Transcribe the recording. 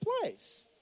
place